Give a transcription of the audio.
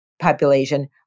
population